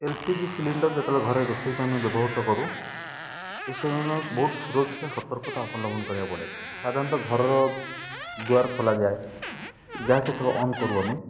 LPG cylinder ଯେତେବେଳେ ଘରେ ରୋଷେଇ ପାଇଁ ଆମେ ବ୍ୟବହୃତ କରୁ ଏସବୁ ଆମେ ବହୁତ ସୁରକ୍ଷା ସତର୍କତା ଅବଲମ୍ବନ କରିବାକୁ ପଡ଼େ ସାଧାରଣତଃ ଘରର ଦ୍ୱାର ଖୋଲାଯାଏ ଗ୍ୟାସ୍ ଯେତେବେଳେ ଅନ କରୁ ଆମେ